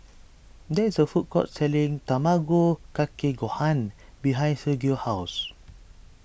there is a food court selling Tamago Kake Gohan behind Sergio's house